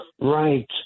right